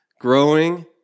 growing